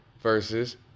versus